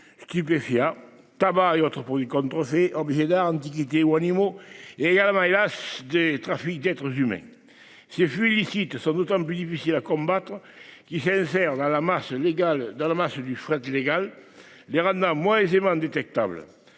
Stupéfia tabac et autres produits contrefaits, objets d'art antiquités. Animaux. Également hélas des trafics d'être s'humains ces fut illicite sont d'autant plus difficile à combattre, qui s'insère dans la masse légal dans la masse du fret illégal les rendant moins aisément détectables